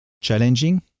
challenging